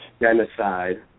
genocide